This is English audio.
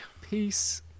Peace